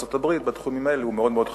ארצות-הברית בתחומים האלה הוא מאוד מאוד חשוב.